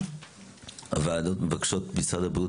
4. הוועדות מבקשות ממשרד הבריאות,